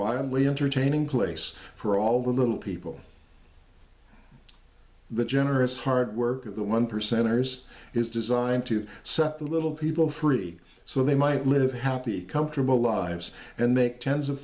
wildly entertaining place for all the little people the generous hard work of the one percenters is designed to set the little people free so they might live happy comfortable lives and make tens of